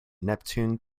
neptune